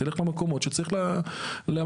תלך למקומות שצריך,